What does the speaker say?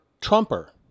Trumper